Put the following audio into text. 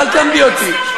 אל תלמדי אותי.